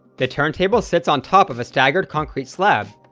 the turntable sits on top of a staggered concrete slab,